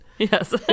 Yes